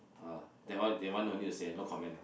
uh that one that one no need to say ah no comment ah